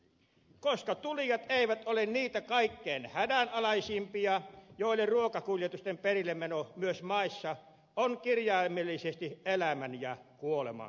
koska tulijat eivät ole niitä kaikkein hädänalaisimpia joille ruokakuljetusten perillemeno myös maissa on kirjaimellisesti elämän ja kuoleman kysymys